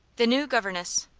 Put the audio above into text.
the new governess.